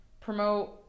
promote